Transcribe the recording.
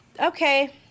okay